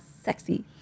sexy